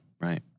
Right